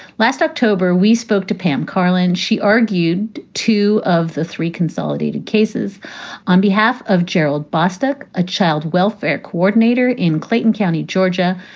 last october, we spoke to pam karlan. she argued two of the three consolidated cases on behalf of gerald bostock, a child welfare coordinator in clayton county, georgia,